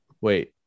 Wait